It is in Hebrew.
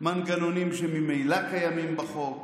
מנגנונים שממילא קיימים בחוק.